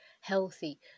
healthy